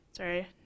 Sorry